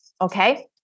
okay